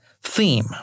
theme